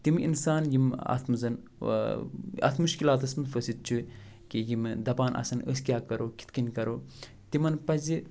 تِمہٕ اِنسان یِم اَتھ منٛز اَتھ مُشکِلاتَس منٛز پھسِتھ چھِ کہ یِمہٕ دپان آسان أسۍ کیٛاہ کَرَو کِتھ کٔنۍ کَرَو تِمَن پَزِ